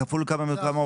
כפול כמה עובדים?